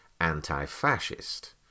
anti-fascist